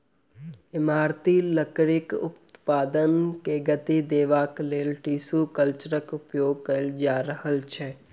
इमारती लकड़ीक उत्पादन के गति देबाक लेल टिसू कल्चरक उपयोग कएल जा रहल छै